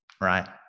right